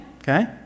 okay